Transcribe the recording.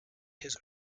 his